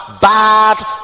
bad